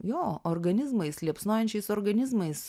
jo organizmais liepsnojančiais organizmais